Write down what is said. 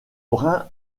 brin